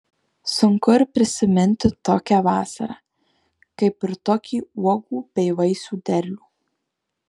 sunku ir prisiminti tokią vasarą kaip ir tokį uogų bei vaisių derlių